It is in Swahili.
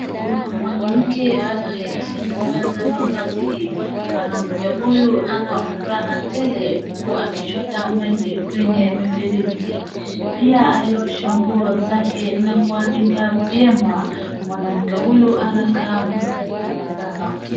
Kuna mwanamke anayeishi nyumba za mabati. Mwanamke huyu ana furaha tele uku akichota maji kwenye mifereji. Pia aliosha nguo zake na kuanika vyema. Mwanamke huyu anakaa msafi sana.